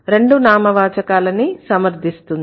రెండు నామవాచకాలనీ సమర్ధిస్తుంది